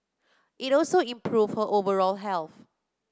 it also improve her overall health